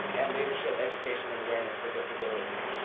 and leadership education and awareness for disabilities.